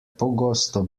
pogosto